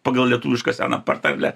pagal lietuvišką seną patarlę